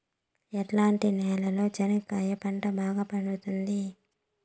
ఎట్లాంటి నేలలో చెనక్కాయ పంట బాగా పండుతుంది?